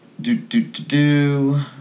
Do-do-do-do